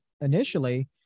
initially